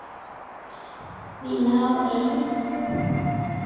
ᱢᱤᱫ ᱫᱷᱟᱣ ᱤᱧ